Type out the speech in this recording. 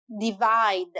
Divide